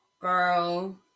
Girl